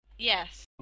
Yes